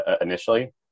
initially